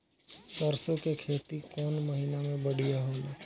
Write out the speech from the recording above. सरसों के खेती कौन महीना में बढ़िया होला?